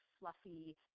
fluffy